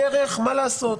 מה לעשות?